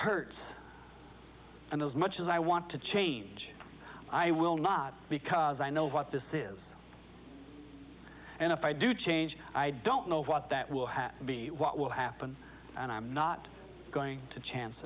hurts and as much as i want to change i will not because i know what this is and if i do change i don't know what that will have be what will happen and i'm not going to chance